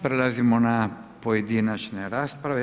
Prelazimo na pojedinačne rasprave.